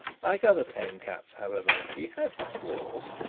like other tame cats, however, he had his claws,